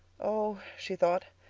oh, she thought,